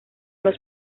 los